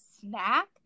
snack